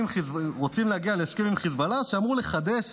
רוצים להגיע להסכם עם חיזבאללה שאמור לחדש